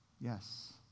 Yes